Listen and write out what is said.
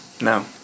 No